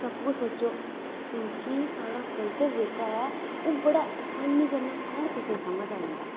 ते आपूं गै सोचो की की साढ़ा कल्चर जेह्का ऐ ओह् बड़ा आसानी कन्नै हर कुसै गी समझ आंदा